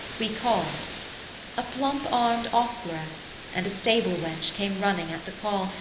we called a plump-armed ostleress and a stable wench came running at the call,